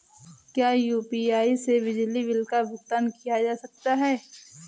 क्या यू.पी.आई से बिजली बिल का भुगतान किया जा सकता है?